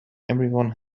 everyone